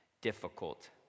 Difficult